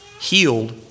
healed